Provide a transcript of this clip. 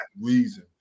reason